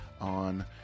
on